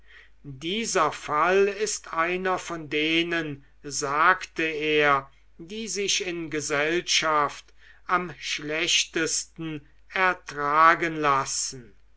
dieser fall ist einer von denen sagte er die sich in gesellschaft am schlechtesten ertragen lassen